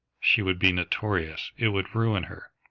she would be notorious. it would ruin her.